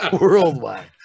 Worldwide